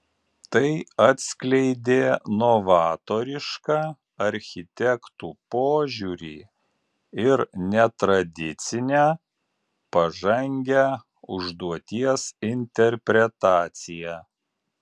tai atskleidė novatorišką architektų požiūrį ir netradicinę pažangią užduoties interpretaciją